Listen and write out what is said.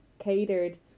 catered